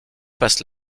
passe